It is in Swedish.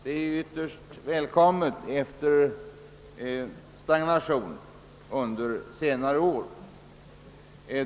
Det är ytterst välkommet efter den stagnation som förekommit under senare år.